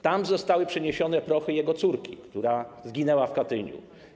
Tam zostały przeniesione prochy jego córki, która zginęła w Katyniu.